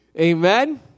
amen